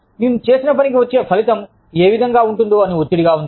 నేను చేసిన పనికి వచ్చే ఫలితం ఏవిధంగా ఉంటుందో అని ఒత్తిడిగా ఉంది